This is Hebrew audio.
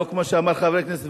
לא כמו שאמר חבר הכנסת וקנין,